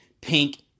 pink